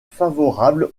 favorables